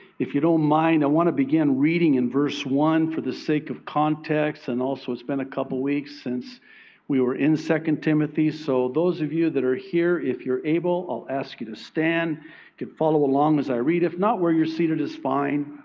if you don't mind, i want to begin reading in verse one for the sake of context. and also, it's been a couple weeks since we were in second timothy. so those of you that are here, if you're able i'll ask you to stand. you could follow along as i read. if not, where you're seated is fine.